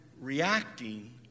reacting